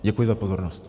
Děkuji za pozornost.